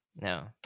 no